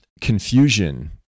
confusion